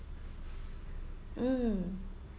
mm